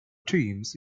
teams